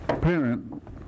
parent